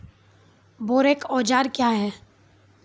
बोरेक औजार क्या हैं?